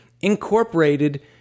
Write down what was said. incorporated